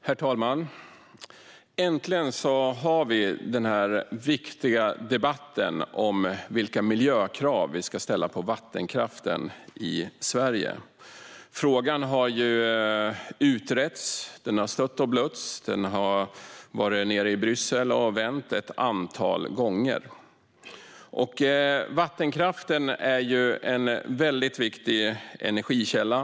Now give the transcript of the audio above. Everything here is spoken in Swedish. Herr talman! Äntligen har vi denna viktiga debatt om vilka miljökrav vi ska ställa på vattenkraften i Sverige! Frågan har utretts, stötts och blötts. Den har varit nere i Bryssel och vänt ett antal gånger. Vattenkraften är en väldigt viktig energikälla.